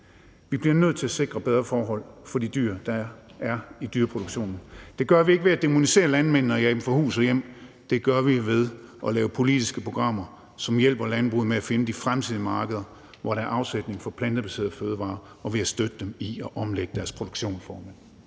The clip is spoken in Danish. Vi bliver nødt til at sikre bedre forhold for de dyr, der er i dyreproduktionen. Det gør vi ikke ved at dæmonisere landmændene og jage dem fra hus og hjem; det gør vi ved at lave politiske programmer, som hjælper landbruget med at finde de fremtidige markeder, hvor der er afsætning for plantebaserede fødevarer, og ved at støtte dem i at omlægge deres produktionsformer.